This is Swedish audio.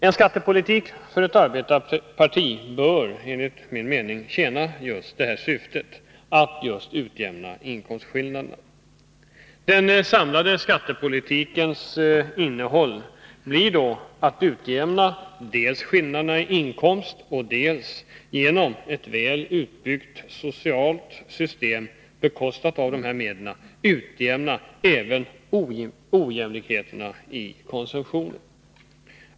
En skattepolitik för ett arbetarparti bör enligt min mening tjäna just det syftet, att utjämna inkomstskillnaderna. Den samlade skattepolitikens innehåll blir då att dels utjämna skillnaderna i inkomst, dels — genom ett väl utbyggt socialt system bekostat av dessa medel — utjämna även ojämlikheterna i konsumtionen.